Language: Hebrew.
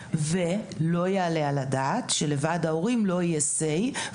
ולא יעלה על הדעת שלוועד ההורים לא יהיה SAY,